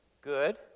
good